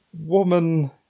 woman